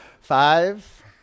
Five